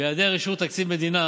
בהיעדר אישור תקציב מדינה